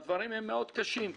הדברים קשים מאוד.